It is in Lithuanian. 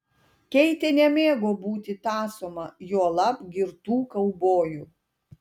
keitė nemėgo būti tąsoma juolab girtų kaubojų